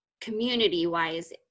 community-wise